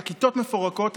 הכיתות מפורקות,